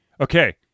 Okay